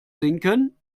sinken